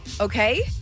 okay